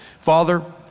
Father